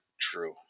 true